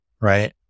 right